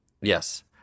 Yes